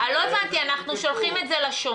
אני לא הבנתי, אנחנו שולחים את זה לשומר?